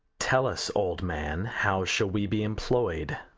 tell us, old man, how shall we be employ'd?